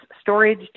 storage